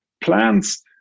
plants